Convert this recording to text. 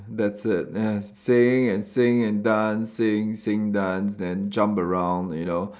that's it man singing and singing and dancing sing dance then jump around you know